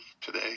today